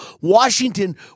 Washington